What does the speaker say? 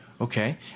Okay